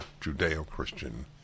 Judeo-Christian